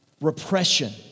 repression